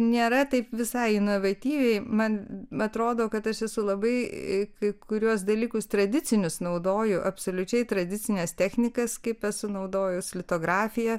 nėra taip visai inovatyviai man atrodo kad aš esu labai kai kuriuos dalykus tradicinius naudoju absoliučiai tradicines technikas kaip esu naudojus litografiją